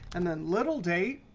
and then little date,